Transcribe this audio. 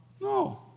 No